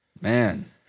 Man